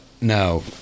no